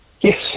Yes